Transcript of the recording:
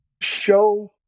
show